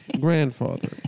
grandfather